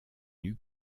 lux